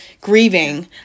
grieving